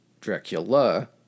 Dracula